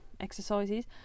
exercises